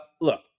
look